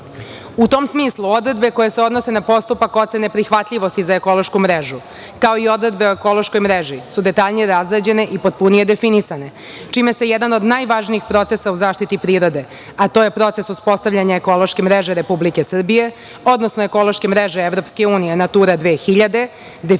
tom smislu, odredbe koje se odnose na postupak ocene prihvatljivosti za ekološku mrežu, kao i odredbe o ekološkoj mreži su detaljnije razrađene i potpunije definisane, čime se jedan od najvažnijih procesa u zaštiti prirode, a to je proces uspostavljanja ekološke mreže Republike Srbije, odnosno ekološke mreže EU „Natura 2000“, definiše